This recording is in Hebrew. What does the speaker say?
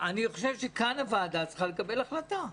אני חושב שכאן הועדה צריכה לקבל החלטה.